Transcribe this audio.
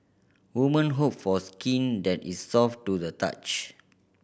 women hope for skin that is soft to the touch